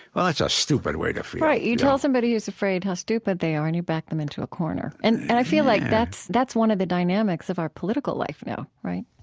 oh, that's a stupid way to feel right. you tell somebody who's afraid how stupid they are and you back them into a corner. and and i feel like that's that's one of the dynamics of our political life now, right?